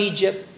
Egypt